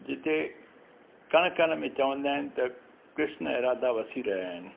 जिते कण कण में चवंदा आहिनि त कृष्ण ऐं राधा वसी रहिया आहिनि